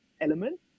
element